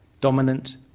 dominant